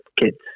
kids